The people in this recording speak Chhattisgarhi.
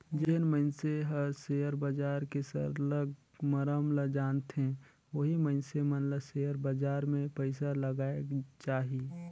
जेन मइनसे हर सेयर बजार के सरलग मरम ल जानथे ओही मइनसे मन ल सेयर बजार में पइसा लगाएक चाही